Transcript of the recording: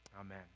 Amen